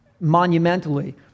monumentally